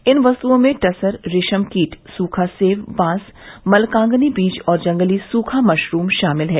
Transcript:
इन वस्तुओं में टसर रेशम कीट सूखा सेव बँस मलकांगनी बीज और जंगली सूखा मशरूम शामिल हैं